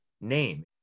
name